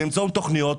באמצעות תוכנית,